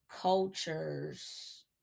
cultures